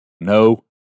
No